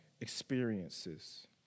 experiences